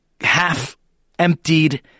half-emptied